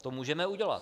To můžeme udělat.